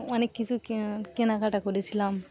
অনেক কিছু কেনাকাটা করেছিলাম